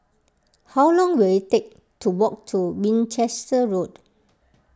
how long will it take to walk to Winchester Road